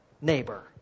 neighbor